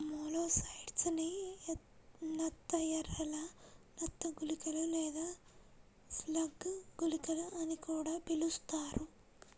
molluscicides ని నత్త ఎరలు, నత్త గుళికలు లేదా స్లగ్ గుళికలు అని కూడా పిలుస్తారు